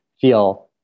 feel